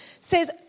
says